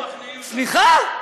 סליחה,